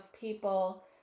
people